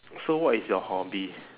so what is your hobby